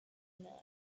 knives